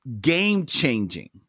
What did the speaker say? game-changing